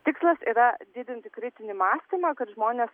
tikslas yra didinti kritinį mąstymą kad žmonės